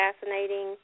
fascinating